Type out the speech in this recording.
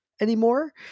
anymore